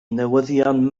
newyddion